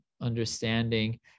understanding